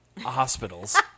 hospitals